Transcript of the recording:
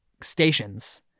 stations